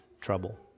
trouble